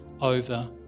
over